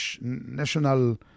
National